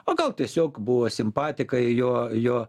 o gal tiesiog buvo simpatikai jo jo